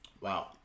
wow